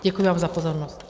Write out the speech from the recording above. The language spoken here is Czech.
Děkuji vám za pozornost.